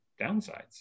downsides